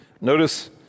notice